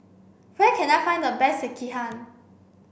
where can I find the best Sekihan